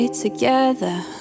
Together